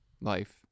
life